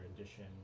edition